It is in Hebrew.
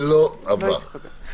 לא התקבלה.